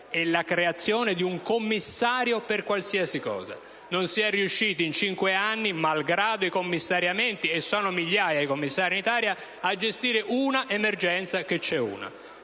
e la creazione di un commissario per qualsiasi cosa. Non si è riusciti in cinque anni, malgrado i commissariamenti (e sono migliaia i commissari in Italia), a gestire una emergenza che sia una.